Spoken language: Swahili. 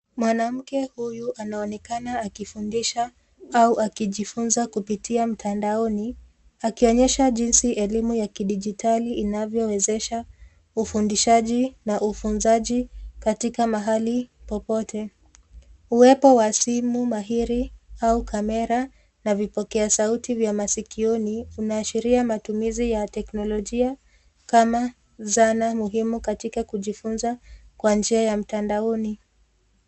Mwanamke huyu anaonekana akifundisha au akijifunza kupitia mtandaoni akionyesha jinsi elimu ya kidijitali inavyowezesha ufundishaji na ufunzaji katika mahali popote. Uwepo wa simu mahiri au kamera na vipokea sauti vya masikioni inaashiria matumizi ya teknolojia kama zana muhimu katika kujifunza kwa njia ya mtandaoni.